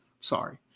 sorry